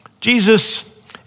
Jesus